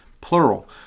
plural